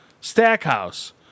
Stackhouse